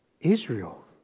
Israel